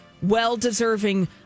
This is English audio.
well-deserving